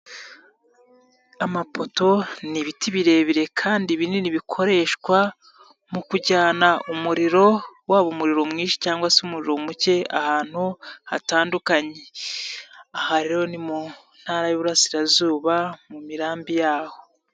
Amapoto ni ibiti birebire kandi binini bikoreshwa mu kujyana umuriro waba umuriro mwinshi cyangwa se umuru muke ahantu hatandukanye, aha ni mu Ntara y'Iburasirazuba mu mirambi yaho.